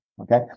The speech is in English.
okay